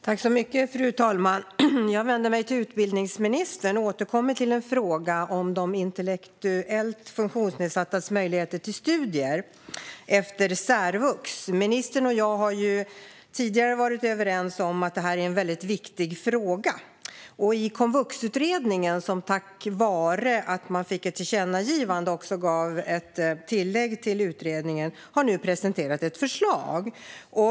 Fru talman! Jag vänder mig till utbildningsministern och återkommer till en fråga om de intellektuellt funktionsnedsattas möjligheter till studier efter särvux. Ministern och jag har tidigare varit överens om att detta är en väldigt viktig fråga. Komvuxutredningen, som tack vare ett tillkännagivande fick ett tillägg, har nu presenterat ett förslag.